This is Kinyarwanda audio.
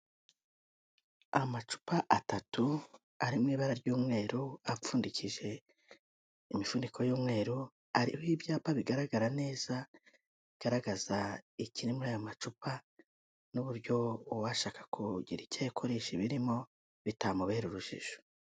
Amacupa atatu ari mu ibara ry'umweru, apfundikije imifuniko y'umweru, ariho ibyapa bigaragara neza, bigaragaza ikiri muri aya macupa n'uburyo uwashaka kugira icyo akoresha ibirimo bitamubera urujijo.